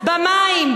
במים,